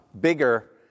bigger